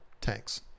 tanks